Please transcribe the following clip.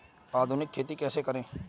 आधुनिक खेती कैसे करें?